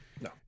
No